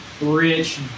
rich